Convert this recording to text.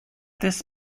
this